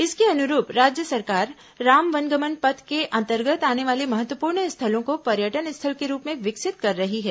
इसके अनुरूप राज्य सरकार राम वनगमन पथ के अंतर्गत आने वाले महत्वपूर्ण स्थलों को पर्यटन स्थल के रूप में विकसित कर रही है